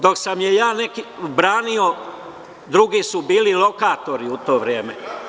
Dok sam je ja branio, drugi su bili lokatori u to vreme.